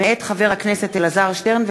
מאת חבר הכנסת אלעזר שטרן,